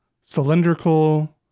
cylindrical